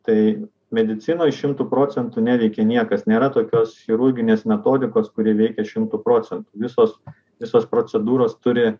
tai medicinoj šimtu procentų neveikia niekas nėra tokios chirurginės metodikos kuri veikia šimtu procentų visos visos procedūros turi